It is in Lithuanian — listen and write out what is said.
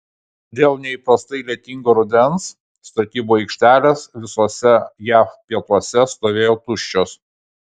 dėl neįprastai lietingo rudens statybų aikštelės visuose jav pietuose stovėjo tuščios